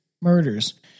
murders